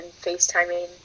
FaceTiming